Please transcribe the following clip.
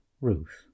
ruth